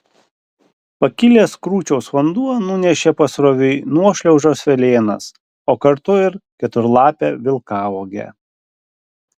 pakilęs krūčiaus vanduo nunešė pasroviui nuošliaužos velėnas o kartu ir keturlapę vilkauogę